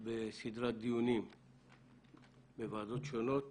בסדרת דיונים בוועדות שונות.